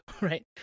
right